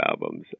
albums